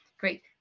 Great